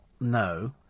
no